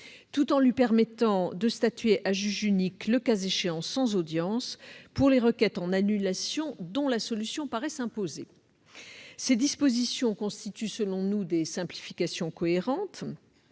tout en lui permettant de statuer à juge unique, le cas échéant sans audience, pour les requêtes en annulation dont la solution paraît s'imposer. Ces dispositions constituent selon nous des simplifications cohérentes.